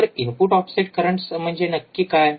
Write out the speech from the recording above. तर input offset current म्हणजे नक्की काय